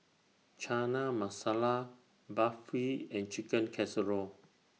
Chana Masala Barfi and Chicken Casserole